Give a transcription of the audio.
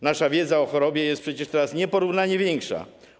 Nasza wiedza o chorobie jest przecież teraz nieporównanie większa.